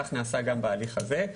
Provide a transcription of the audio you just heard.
כך נעשה גם בהליך הזה.